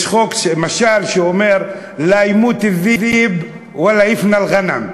יש משל שאומר: לא ימות א-ד'יבּ ולא יפנא אל-ע'נם.